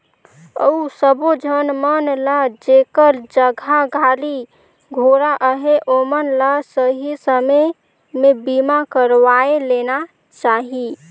अउ सबो झन मन ल जेखर जघा गाड़ी घोड़ा अहे ओमन ल सही समे में बीमा करवाये लेना चाहिए